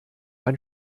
ein